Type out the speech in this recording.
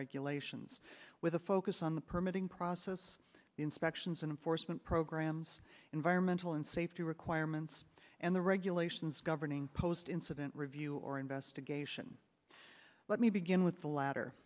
regulations with a focus on the permitting process inspections and forstmann programs environmental and safety requirements and the regulations governing post incident review or investigation let me begin with the la